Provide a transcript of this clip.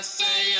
say